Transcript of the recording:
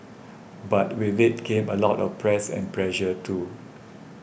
but with it came a lot of press and pressure too